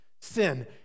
sin